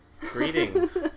Greetings